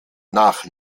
nach